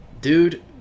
dude